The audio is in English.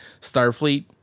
Starfleet